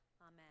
Amen